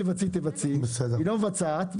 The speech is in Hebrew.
היא לא מבצעת,